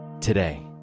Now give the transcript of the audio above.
today